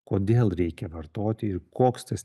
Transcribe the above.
kodėl reikia vartoti ir koks tas